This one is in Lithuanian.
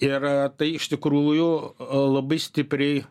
ir tai iš tikrųjų labai stipriai